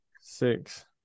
six